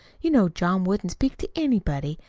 you know john wouldn't speak to anybody,